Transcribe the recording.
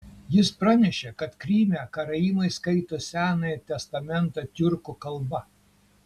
jis pranešė kad kryme karaimai skaito senąjį testamentą tiurkų kalba